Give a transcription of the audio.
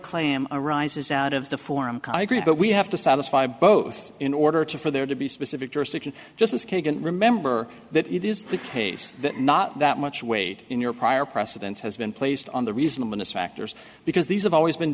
claim arises out of the form but we have to satisfy both in order to for there to be specific jurisdiction justice kagan remember that it is the case that not that much weight in your prior precedent has been placed on the reasonableness factors because these have always been